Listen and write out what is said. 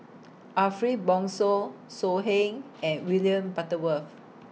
Ariff Bongso So Heng and William Butterworth